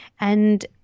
And-